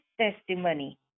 testimony